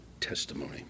testimony